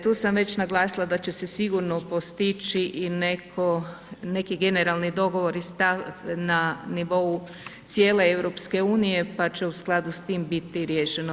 Tu sam već naglasila da će se sigurno postići i neki generalni dogovor i stav na nivou cijele EU pa će u skladu sa time biti riješeno.